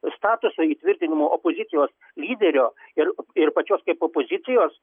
statuso įtvirtinimo opozicijos lyderio ir ir pačios kaip opozicijos